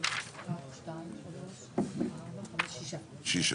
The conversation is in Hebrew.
6 נמנעים,